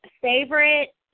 favorite